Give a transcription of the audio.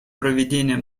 проведения